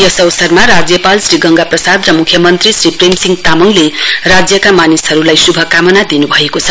यस अवसरमा राज्यपाल श्री गंगा प्रसाद र मुख्यमन्त्री श्री प्रेम सिंह तामाङले राज्यका मानिसहरूलाई श्भकामना दिन् भएको छ